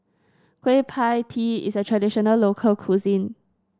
Kueh Pie Tee is a traditional local cuisine